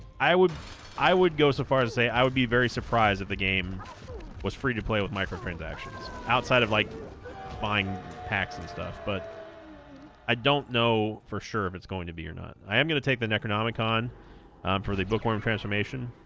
i would i would go so far as to say i would be very surprised at the game was free to play with micro transactions outside of like buying packs and stuff but i don't know for sure if it's going to be or not i am gonna take the necronomicon for the bookworm transformation